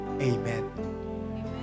Amen